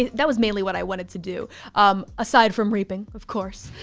that was mainly what i wanted to do um aside from reaping, of course.